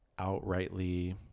outrightly